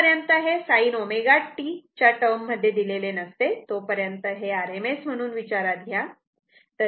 जोपर्यंत हे sin ω t च्या टर्म मध्ये दिलेले नसते तोपर्यंत हे RMS म्हणून विचारात घ्या